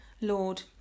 Lord